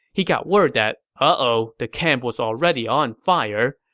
he got word that ah oh, the camp was already on fire,